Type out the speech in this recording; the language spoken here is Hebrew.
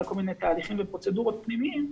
כל מיני תהליכים ופרוצדורות פנימיים,